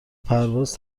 پرواز